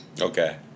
Okay